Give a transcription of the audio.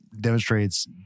demonstrates